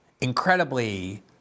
incredibly